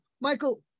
Michael